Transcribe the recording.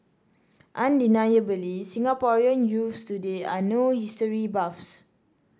undeniably Singaporean youths today are no history buffs